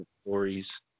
stories